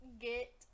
get